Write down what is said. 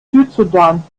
südsudan